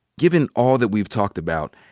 given all that we've talked about,